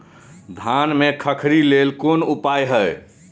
धान में खखरी लेल कोन उपाय हय?